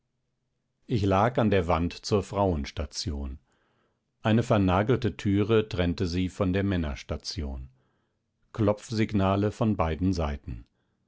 ich lag an der wand der frauenstation eine vernagelte türe trennte sie von der männerstation klopfsignale von beiden seiten